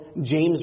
James